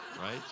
right